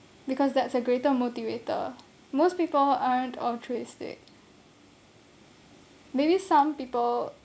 because that's a greater motivator most people aren't altruistic maybe some people